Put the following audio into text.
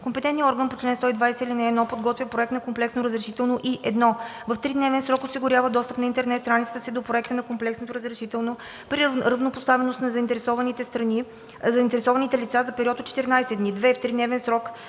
компетентният орган по чл. 120, ал. 1 подготвя проект на комплексно разрешително и: 1. в тридневен срок осигурява достъп на интернет страницата си до проекта на комплексно разрешително при равнопоставеност на заинтересованите лица за период от 14 дни;